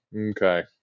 Okay